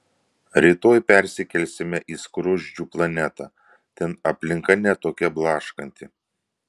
rytoj persikelsime į skruzdžių planetą ten aplinka ne tokia blaškanti